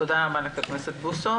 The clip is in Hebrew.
תודה רבה, חבר הכנסת בוסו.